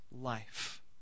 life